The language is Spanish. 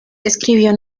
escribió